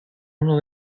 uno